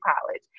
college